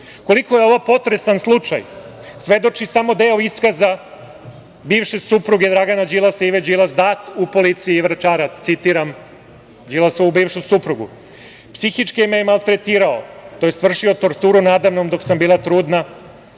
je ovo potresan slučaj, svedoči samo deo iskaza bivše supruge Dragana Đilasa, Ive Đilas, dat u policiji Vračara, citiram Đilasovu bivšu suprugu: „ Psihički me je maltretirao, to jest vršio torturu nada mnom dok sam bila trudna,